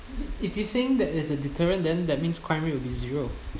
if you think that is a deterrent then that means crime rate will be zero